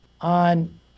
on